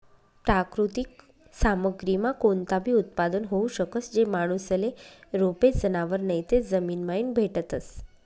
प्राकृतिक सामग्रीमा कोणताबी उत्पादन होऊ शकस, जे माणूसले रोपे, जनावरं नैते जमीनमाईन भेटतस